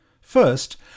First